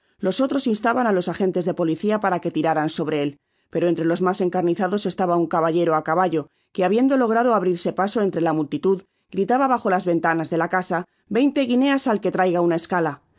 los otros instabaná los agentes de policia para que tiráran sobre él pero entre los mas encarnizados estaba un caballero á caballo que habiendo logrado abrirle paso entre la multitud gritaba bajo las enlanas de la casa veinte guineas al que traiga una escala